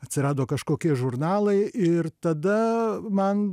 atsirado kažkokie žurnalai ir tada man